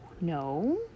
No